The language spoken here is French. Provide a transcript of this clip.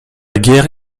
guerre